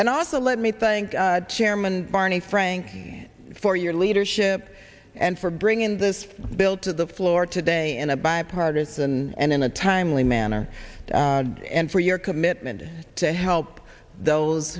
and also let me thank chairman barney frank for your leadership and for bringing this bill to the floor today in a bipartisan and in a timely manner and for your commitment to help those